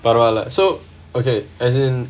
பரவால்ல:paravaala so okay as in